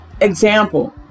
Example